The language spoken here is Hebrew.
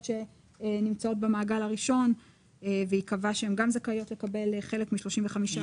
שנמצאות במעגל הראשון וייקבע שהן גם זכאיות לקבל חלק מה-35%.